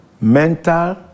Mental